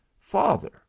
Father